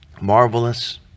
Marvelous